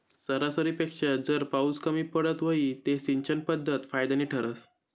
सरासरीपेक्षा जर पाउस कमी पडत व्हई ते सिंचन पध्दत फायदानी ठरस